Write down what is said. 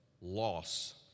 loss